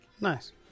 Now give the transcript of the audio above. nice